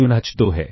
H1 H2 है